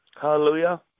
Hallelujah